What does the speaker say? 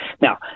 Now